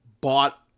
bought